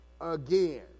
again